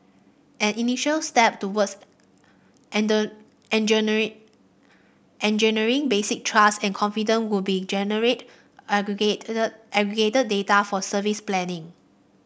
an initial step towards engendering engendering basic trust and confident would be generate aggregated it aggregated data for service planning